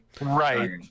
right